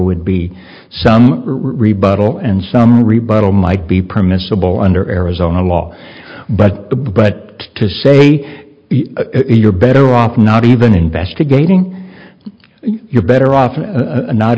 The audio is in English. would be some rebuttal and some rebuttal might be permissible under arizona law but but to say you're better off not even investigating you're better off not